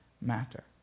matter